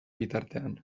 bitartean